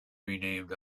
renamed